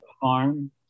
farm